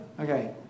Okay